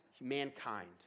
mankind